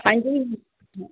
हां जी